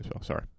Sorry